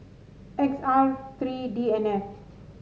X R three D N F